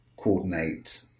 coordinate